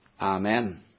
Amen